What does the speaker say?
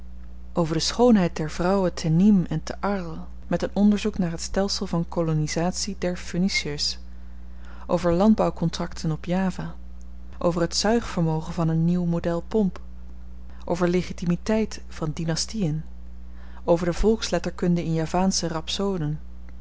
over de schoonheid der vrouwen te nîmes en te arles met een onderzoek naar het stelsel van kolonisatie der phoeniciërs over landbouwkontrakten op java over het zuigvermogen van een nieuw modelpomp over legitimiteit van dynastien over de volksletterkunde in javaansche rhapsoden over